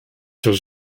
has